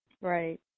Right